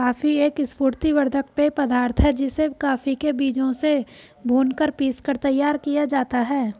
coffee एक स्फूर्ति वर्धक पेय पदार्थ है जिसे कॉफी के बीजों से भूनकर पीसकर तैयार किया जाता है